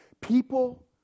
People